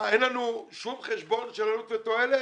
מה, אין לנו שום חשבון של עלות ותועלת?